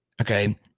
Okay